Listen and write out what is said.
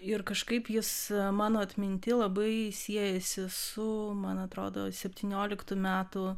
ir kažkaip jis mano atminty labai siejasi su man atrodo septynioliktų metų